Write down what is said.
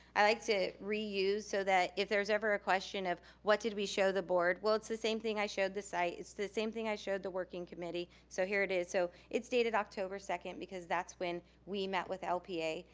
i like to reuse, so that if there's ever a question of what did we show the board, well it's the same thing i showed the site, it's the same thing i showed the working committee, so here it is. so it's dated october second, because that's when we met with lpa.